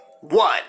One